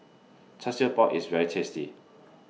Char Siew Bao IS very tasty